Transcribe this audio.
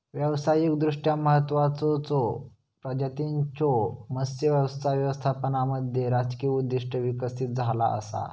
व्यावसायिकदृष्ट्या महत्त्वाचचो प्रजातींच्यो मत्स्य व्यवसाय व्यवस्थापनामध्ये राजकीय उद्दिष्टे विकसित झाला असा